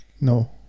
No